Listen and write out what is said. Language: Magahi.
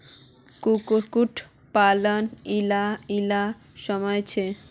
कुक्कुट पालानेर इला इला समस्या छे